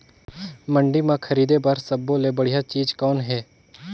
मंडी म खरीदे बर सब्बो ले बढ़िया चीज़ कौन हे?